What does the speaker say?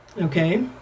okay